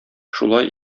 шулай